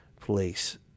place